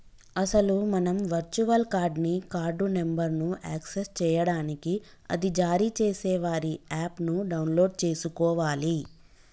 అసలు మనం virtual card ని కార్డు నెంబర్ను యాక్సెస్ చేయడానికి అది జారీ చేసే వారి యాప్ ను డౌన్లోడ్ చేసుకోవాలి